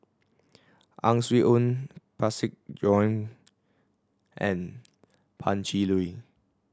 Ang Swee Aun Parsick and Pan Cheng Lui